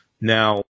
Now